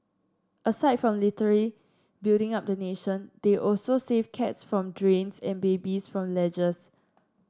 aside from literally building up the nation they also save cats from drains and babies from ledges